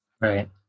Right